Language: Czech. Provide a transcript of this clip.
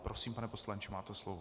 Prosím, pane poslanče, máte slovo.